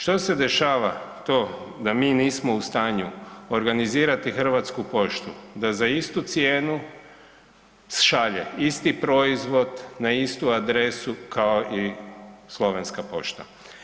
Što se dešava to da mi nismo u stanju organizirati Hrvatsku poštu, da za istu cijenu šalje isti proizvod na istu adresu kao i slovenska pošta?